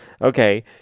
Okay